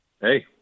hey